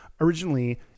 Originally